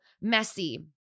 messy